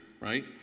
right